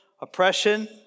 oppression